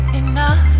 enough